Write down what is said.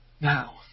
now